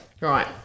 Right